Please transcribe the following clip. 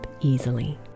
easily